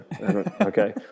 Okay